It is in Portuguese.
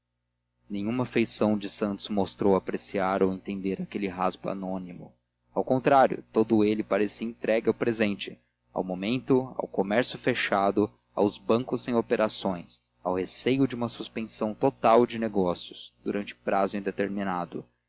nenhuma feição de santos mostrou apreciar ou entender aquele rasgo anônimo ao contrário todo ele parecia entregue ao presente ao momento ao comércio fechado aos bancos sem operações ao receio de uma suspensão total de negócios durante prazo indeterminado